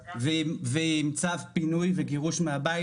הזאת והיא עם צו פינוי וגירוש מהבית,